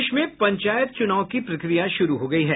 प्रदेश में पंचायत चुनाव की प्रक्रिया शुरू हो गई है